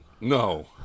No